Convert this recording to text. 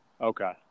Okay